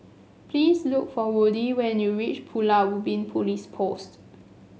please look for Woodie when you reach Pulau Ubin Police Post